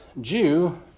Jew